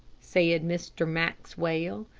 said mr. maxwell.